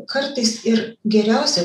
kartais ir geriausia